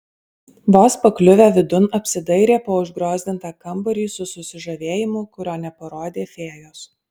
vos pakliuvę vidun apsidairė po užgriozdintą kambarį su susižavėjimu kurio neparodė fėjos